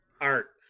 art